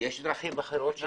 שיש דרכים אחרות.